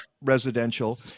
residential